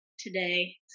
today